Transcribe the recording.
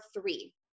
three